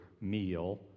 meal